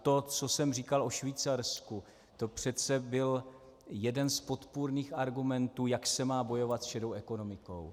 To, co jsem říkal o Švýcarsku, to byl přece jeden z podpůrných argumentů, jak se má bojovat s šedou ekonomikou.